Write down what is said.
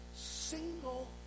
Single